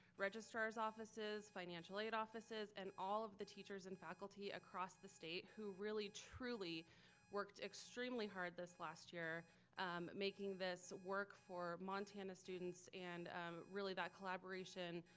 registrar's offices, financial aid offices, and all of the teachers and faculty across the state who really truly worked extremely hard this last year making this work for montana's students and really that collaboration,